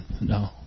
No